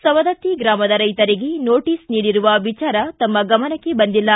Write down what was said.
ಸವದತ್ತಿ ಗ್ರಾಮದ ರೈತರಿಗೆ ನೋಟಸ್ ನೀಡಿರುವ ವಿಚಾರ ತಮ್ಮ ಗಮನಕ್ಕೆ ಬಂದಿಲ್ಲ